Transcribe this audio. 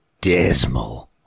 dismal